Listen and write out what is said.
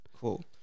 cool